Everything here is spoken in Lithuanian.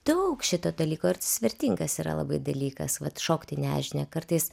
daug šito dalyko ir vertingas yra labai dalykas vat šokt į nežinią kartais